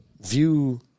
view